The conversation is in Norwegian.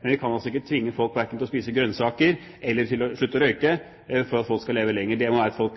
men vi kan altså ikke tvinge folk til å spise grønnsaker eller slutte å røyke for at de skal leve lenger. Det er